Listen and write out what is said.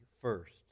first